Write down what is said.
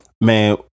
man